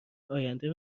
آینده